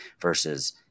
Versus